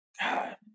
God